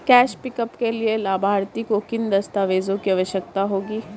Cash pickup के लिए लाभार्थी को किन दस्तावेजों की आवश्यकता होगी?